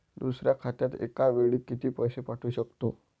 दुसऱ्या खात्यात एका वेळी किती पैसे पाठवू शकतो?